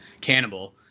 Cannibal